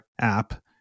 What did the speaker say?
app